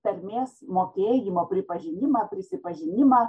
tarmės mokėjimo pripažinimą prisipažinimą